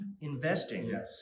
investing